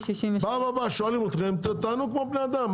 פעם הבאה שואלים אתכם תענו כמו בני אדם,